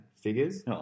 figures